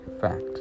fact